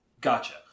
Gotcha